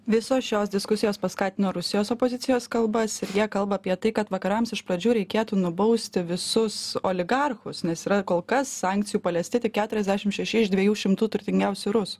visos šios diskusijos paskatino rusijos opozicijos kalbas ir jie kalba apie tai kad vakarams iš pradžių reikėtų nubausti visus oligarchus nes yra kol kas sankcijų paliesti tik keturiasdešim šeši iš dviejų šimtų turtingiausių rusų